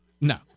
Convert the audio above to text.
No